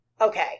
Okay